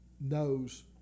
knows